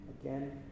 again